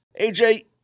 AJ